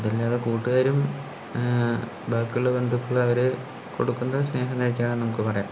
അതല്ലാതെ കൂട്ടുകാരും ബാക്കിയുള്ള ബന്ധുക്കള് അവര് കൊടുക്കുന്നത് സ്നേഹമെന്ന നിലയ്ക്കാന്ന് നമുക്ക് പറയാം